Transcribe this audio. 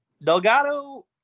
Delgado